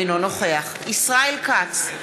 אינו נוכח ישראל כץ,